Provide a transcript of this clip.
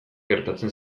gertatzen